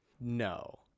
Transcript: No